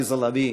עליזה לביא,